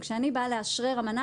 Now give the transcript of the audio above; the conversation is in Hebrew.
כשאני באה לאשרר אמנה,